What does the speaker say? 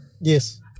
Yes